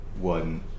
one